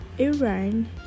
Iran